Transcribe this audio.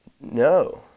No